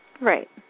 Right